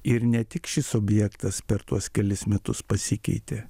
ir ne tik šis objektas per tuos kelis metus pasikeitė